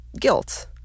guilt